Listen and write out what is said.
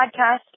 podcast